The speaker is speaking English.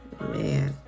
Man